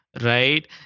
Right